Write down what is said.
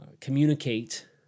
communicate